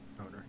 owner